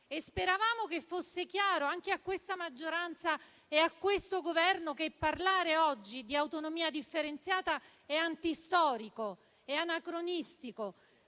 Speravamo che fosse chiaro anche a questa maggioranza e al Governo che parlare oggi di autonomia differenziata è antistorico e anacronistico,